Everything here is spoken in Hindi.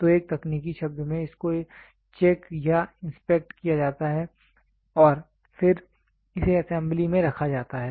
तो एक तकनीकी शब्द में इसको चेक या इंस्पेक्ट किया जाता है और फिर इसे असेंबली में रखा जाता है